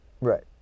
Right